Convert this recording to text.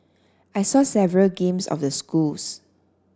I saw several games of the schools